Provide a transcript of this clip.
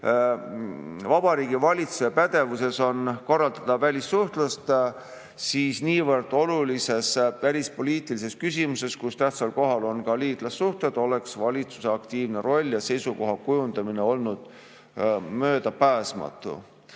Vabariigi Valitsuse pädevuses on korraldada välissuhtlust, siis niivõrd olulises välispoliitilises küsimuses, kus tähtsal kohal on ka liitlassuhted, oleks valitsuse aktiivne roll ja seisukoha kujundamine olnud möödapääsmatu.